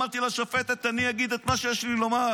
אמרתי לשופטת: אני אגיד את מה שיש לי לומר.